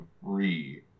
three